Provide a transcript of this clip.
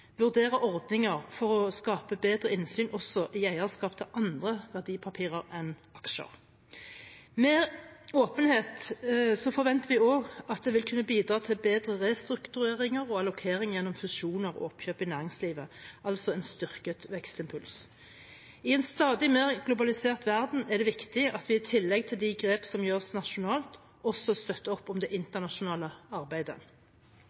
ordninger for å skape bedre innsyn også i eierskap til andre verdipapirer enn aksjer. Med åpenhet forventer man også at det vil kunne bidra til bedre restruktureringer og allokeringer gjennom fusjoner og oppkjøp i næringslivet, altså en styrket vekstimpuls. I en stadig mer globalisert verden er det viktig at vi i tillegg til de grep som tas nasjonalt, også støtter opp om det internasjonale arbeidet.